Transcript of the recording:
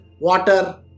water